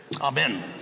Amen